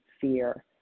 fear